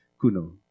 Kuno